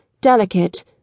delicate